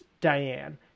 Diane